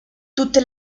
tutte